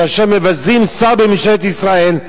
כאשר מבזים שר בממשלת ישראל,